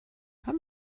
how